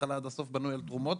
מההתחלה עד הסוף בנוי על תרומות.